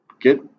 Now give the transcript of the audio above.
get